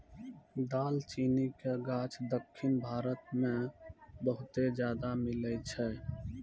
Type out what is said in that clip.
दालचीनी के गाछ दक्खिन भारत मे बहुते ज्यादा मिलै छै